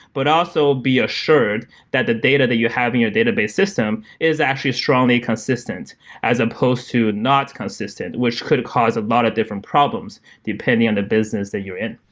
but also be assured that the data that you have in your database system is actually strongly consistent as supposed to not consistent, which could have caused a lot of different problems depending on the business that you're in.